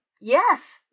yes